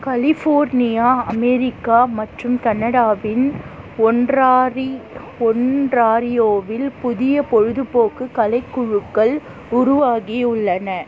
California America மற்றும் கனடாவின் ஒன்ராறி ஒன்ராறியோவில் புதிய பொழுதுபோக்கு கலைக் குழுக்கள் உருவாகியுள்ளன